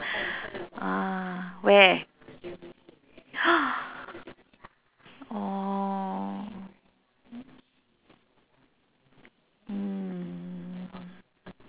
ah where orh mm